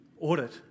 audit